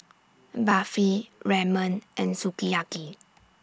Barfi Ramen and Sukiyaki